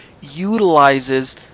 utilizes